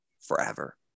forever